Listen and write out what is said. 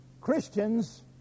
Christians